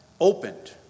opened